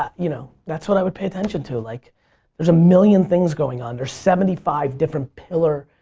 ah you know, that's what i would pay attention to. like there's a million things going on. there are seventy five different pillar,